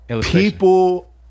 People